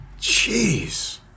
Jeez